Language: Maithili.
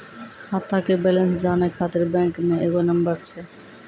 खाता के बैलेंस जानै ख़ातिर बैंक मे एगो नंबर छै?